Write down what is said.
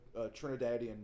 Trinidadian